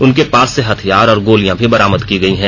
उनके पास से हथियार और गोलियां भी बरामद की गई है